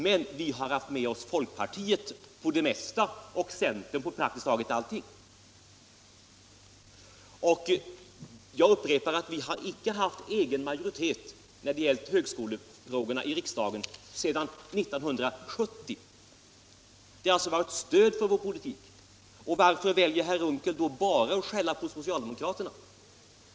Men vi har haft med oss folkpartiet på det mesta och centern på praktiskt taget allt. Och jag upprepar att vi har inte sedan 1970 haft egen majoritet i riksdagen när det gällt högskolefrågorna. Det har alltså funnits ett stöd för vår politik. Varför väljer då herr Unckel att bara skälla på socialdemokraterna?